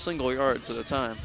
single yards at a time